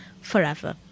Forever